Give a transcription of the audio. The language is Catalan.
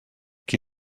qui